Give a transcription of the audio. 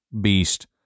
beast